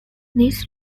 this